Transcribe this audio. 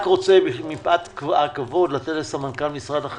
שיכללו גם את העודפים שנותרו מאותן קופסאות בשנת 2020,